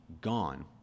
gone